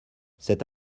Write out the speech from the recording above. cet